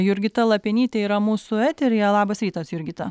jurgita lapienytė yra mūsų eteryje labas rytas jurgita